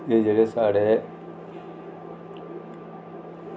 जेह्ड़े जेह्ड़े साढ़े